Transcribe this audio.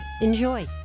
Enjoy